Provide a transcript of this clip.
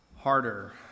harder